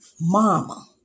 Mama